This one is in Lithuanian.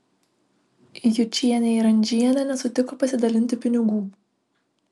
jučienė ir andžienė nesutiko pasidalinti pinigų